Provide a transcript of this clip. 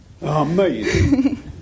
Amazing